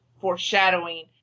foreshadowing